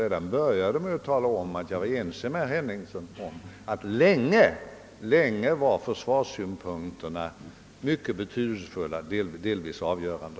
Jag började ju med att tala om, att jag var ense med herr Henningsson om att försvarssynpunkterna länge var mycket betydelsefulla och delvis avgörande.